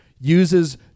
uses